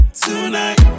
tonight